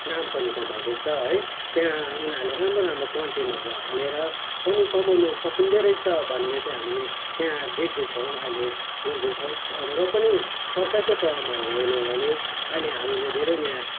नाम पनि कमाउँदैछ है त्यहाँ उनीहरूले राम्रो राम्रो कन्टेन्टहरू हालेर पनि कमाउन सकिँदो रहेछ भन्ने तै हामीले त्यहाँ देख्दैछौँ अहिले बुझ्दैछौँ र पनि सरकारको तहमा हेर्ने हो भने अहिले हामीले धेरै नै